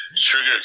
Trigger